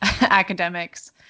academics